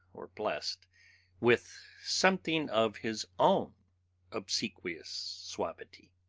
or blessed with something of his own obsequious suavity.